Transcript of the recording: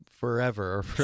forever